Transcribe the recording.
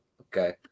okay